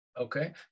Okay